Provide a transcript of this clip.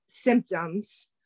symptoms